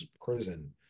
prison